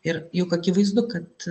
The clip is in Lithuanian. ir juk akivaizdu kad